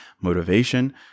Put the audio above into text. motivation